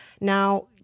Now